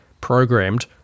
programmed